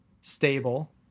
stable